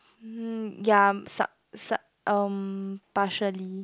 hmm ya sub sub um partially